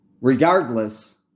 Regardless